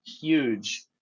huge